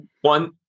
one